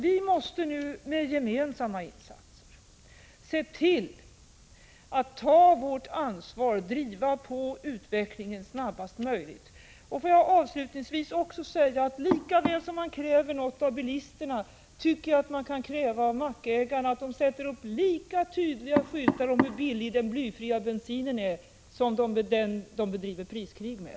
Vi måste nu med gemensamma insatser ta vårt ansvar för att driva på utvecklingen snabbast möjligt. Avslutningsvis vill jag också säga: Lika väl som vi kräver något av bilisterna tycker jag vi kan kräva av mackägarna att de sätter upp lika tydliga skyltar om hur billig blyfri bensin är som de skyltar som de bedriver priskrig med.